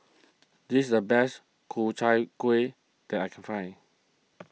this is the best Ku Chai Kueh that I can find